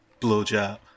blowjob